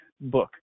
book